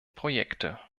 projekte